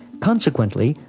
consequently,